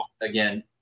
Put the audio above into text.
again